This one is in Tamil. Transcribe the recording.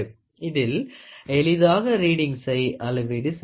இதில் எளிதாக ரீடிங்சை அளவீடு செய்யலாம்